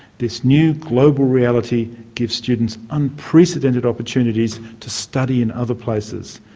this new global reality gives students unprecedented opportunities to study in other places,